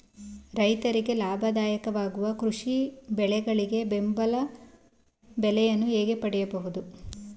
ರೈತರಿಗೆ ಲಾಭದಾಯಕ ವಾಗುವ ಕೃಷಿ ಬೆಳೆಗಳಿಗೆ ಬೆಂಬಲ ಬೆಲೆಯನ್ನು ಹೇಗೆ ಪಡೆಯಬಹುದು?